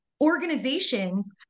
organizations